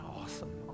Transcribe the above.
Awesome